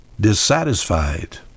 dissatisfied